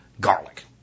garlic